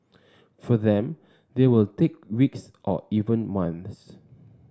for them they will take weeks or even months